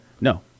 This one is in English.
No